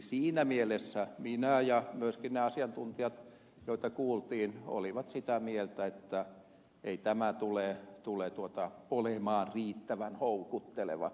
siinä mielessä minä ja myöskin ne asiantuntijat joita kuultiin olimme sitä mieltä että ei tämä tule olemaan riittävän houkutteleva